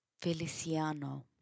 Feliciano